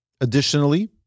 Additionally